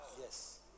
Yes